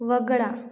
वगळा